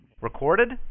Recorded